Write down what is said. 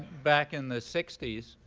back in the sixty s